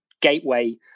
gateway